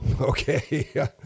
Okay